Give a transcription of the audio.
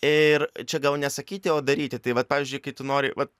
ir čia gal ne sakyti o daryti tai vat pavyzdžiui kai tu nori vat